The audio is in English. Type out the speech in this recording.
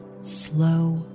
slow